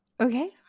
okay